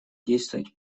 действовать